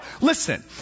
listen